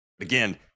again